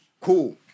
Cool